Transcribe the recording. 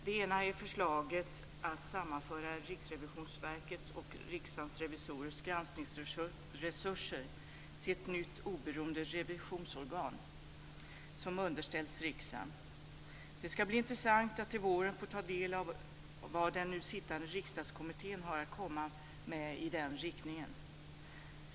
Det ena är förslaget att sammanföra Riksrevisionsverkets och Det ska bli intressant att till våren få ta del av vad den nu sittande Riksdagskommittén har att komma med i den riktningen.